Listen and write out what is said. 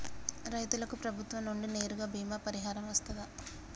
రైతులకు ప్రభుత్వం నుండి నేరుగా బీమా పరిహారం వత్తదా?